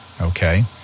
Okay